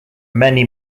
many